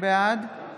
בעד